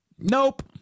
Nope